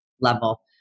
level